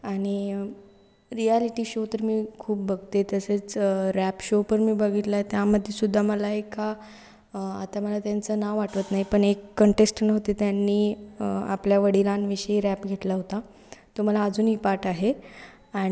आणि reality show तर मी खूप बघते तसेच रॅप शो पण मी बघितलं आहे त्यामध्येसुद्धा मला एका आता मला त्यांचं नाव आठवत नाही पण एक कंटेस्टंट होते त्यांनी आपल्या वडिलांविषयी रॅप घेतला होता तो मला अजूनही पाठ आहे आणि